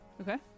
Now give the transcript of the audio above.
Okay